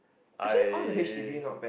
I